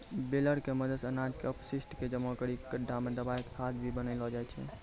baler के मदद सॅ अनाज के अपशिष्ट क जमा करी कॅ गड्ढा मॅ दबाय क खाद भी बनैलो जाय छै